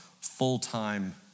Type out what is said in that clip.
full-time